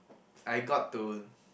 I got to